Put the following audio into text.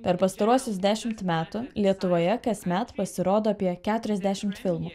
per pastaruosius dešimt metų lietuvoje kasmet pasirodo apie keturiasdešimt filmų